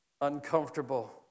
uncomfortable